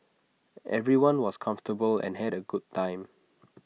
everyone was comfortable and had A good time